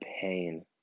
pain